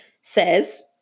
says